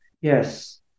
yes